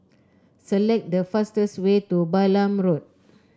select the fastest way to Balam Road